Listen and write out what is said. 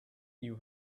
you